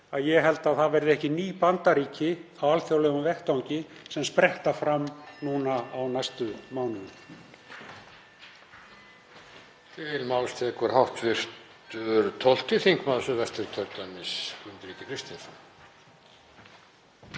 fyrir því að það verða ekki ný Bandaríki á alþjóðlegum vettvangi sem spretta fram nú á næstu mánuðum.